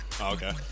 Okay